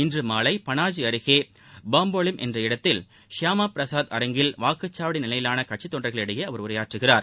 இன்று மாலை பனாஜி அருகே பாம்போலிம் என்ற இடத்தில் ஷியாமா பிரசாத் அரங்கில் வாக்குச்சாவடி நிலையிலான கட்சித் தொண்டர்களிடையே அவர் உரையாற்றுகிறார்